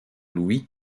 louis